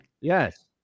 Yes